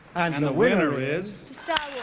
and the winner is. star